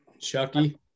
Chucky